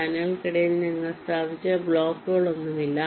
ചാനലുകൾക്കുള്ളിൽ നിങ്ങൾ സ്ഥാപിച്ച ബ്ലോക്കുകളൊന്നുമില്ല